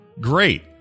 great